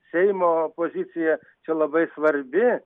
seimo opozicija čia labai svarbi